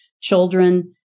children